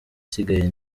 isigaye